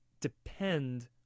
depend